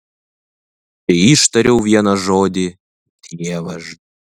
teištariau vieną žodį dievaž